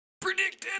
predicted